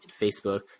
Facebook